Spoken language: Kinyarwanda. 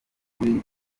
ruri